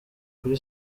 kuri